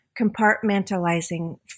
compartmentalizing